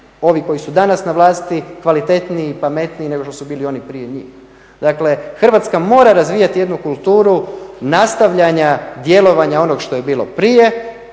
ovi koji su danas na vlasti kvalitetniji i pametniji nego što su bili prije njih. Dakle Hrvatska mora razvijati jednu kulturu nastavljanja djelovanja onog što je bilo prije,